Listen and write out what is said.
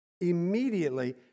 immediately